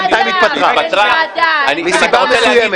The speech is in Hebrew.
שבינתיים התפטרה, מסיבה מסוימת.